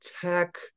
tech